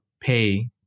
pay